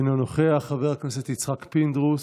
אינו נוכח, חבר הכנסת יצחק פינדרוס,